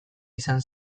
izan